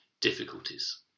difficulties